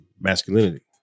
masculinity